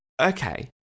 Okay